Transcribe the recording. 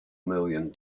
million